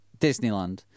Disneyland